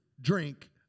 drink